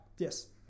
Yes